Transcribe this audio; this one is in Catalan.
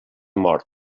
mort